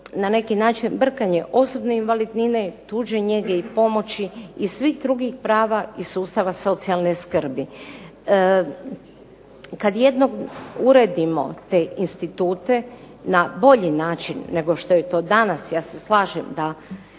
na neki način brkanje osobne invalidnine, tuđe njege i pomoći i svih drugih prava iz sustava socijalne skrbi. Kad jednom uredimo te institute na bolji način nego što je to danas, ja se slažem da